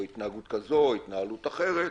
או התנהגות כזו או התנהלות אחרת,